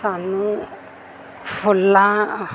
ਸਾਨੂੰ ਫੁੱਲਾਂ